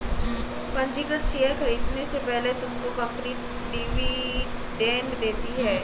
पंजीकृत शेयर खरीदने से पहले तुमको कंपनी डिविडेंड देती है